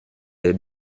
des